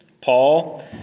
Paul